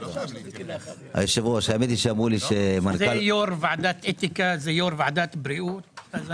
רציתי להגיד לך אדוני היושב ראש ולהנהלת הבנק שלמעלה מ-30 שנים